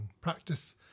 practice